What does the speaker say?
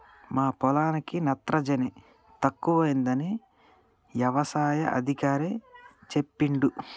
మా పొలానికి నత్రజని తక్కువైందని యవసాయ అధికారి చెప్పిండు